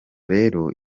rero